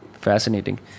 Fascinating